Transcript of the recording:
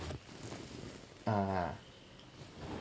uh